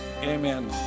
Amen